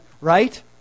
right